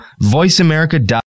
voiceamerica.com